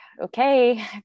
okay